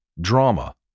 drama